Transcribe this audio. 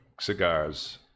cigars